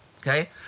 Okay